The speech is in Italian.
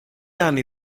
anni